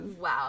wow